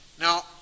Now